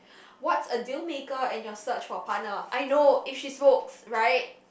what's a deal maker in your search for a partner I know if she smokes right